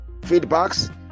feedbacks